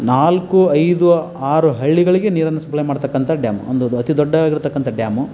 ನಾಲ್ಕು ಐದು ಆರು ಹಳ್ಳಿಗಳಿಗೆ ನೀರನ್ನು ಸಪ್ಲೈ ಮಾಡತಕ್ಕಂಥ ಡ್ಯಾಮು ಒಂದು ಅದು ಅತಿ ದೊಡ್ಡ ಆಗಿರತಕ್ಕಂಥ ಡ್ಯಾಮು